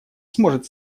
сможет